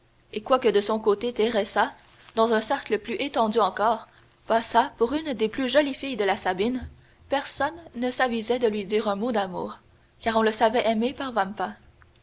et quoique de son côté teresa dans un cercle plus étendu encore passât pour une des plus jolies filles de la sabine personne ne s'avisait de lui dire un mot d'amour car on la savait aimée par